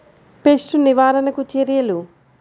Pest నివారణకు చర్యలు?